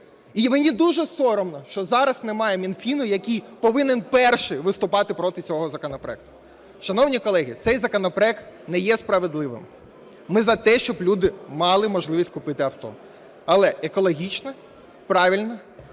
І мені дуже соромно, що зараз немає Мінфіну, який повинен першим виступати проти цього законопроекту. Шановні колеги, цей законопроект не є справедливим, ми за те, щоб люди мали можливість купити авто, але екологічне, правильне.